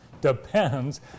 depends